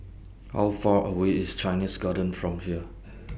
How Far away IS Chinese Garden from here